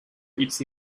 its